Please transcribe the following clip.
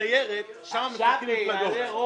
שמציע חבר